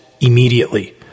immediately